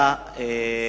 לכבודך